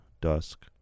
dusk